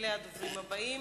אלה הדוברים הבאים.